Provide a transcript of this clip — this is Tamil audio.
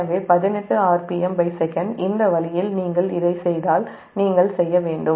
எனவே 18rpm sec இந்த வழியில் நீங்கள் இதைச் செய்தால் நீங்கள் செய்ய வேண்டும்